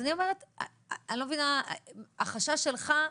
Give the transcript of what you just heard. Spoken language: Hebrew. אני לא מצליחה להבין את החשש שלך,